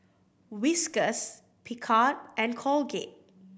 Whiskas Picard and Colgate